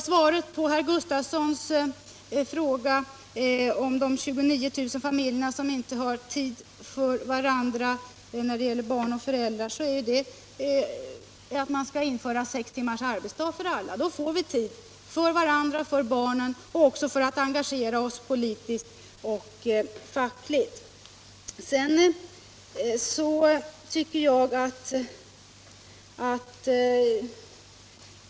Svaret på herr Gustavssons fråga om de 29000 familjerna där föräldrarna inte har tid med barnen är att införa sex timmars arbetsdag för alla. Då får vi tid för varandra och för barnen och även tid att engagera oss politiskt och fackligt.